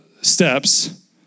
steps